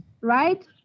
right